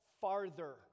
farther